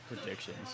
Predictions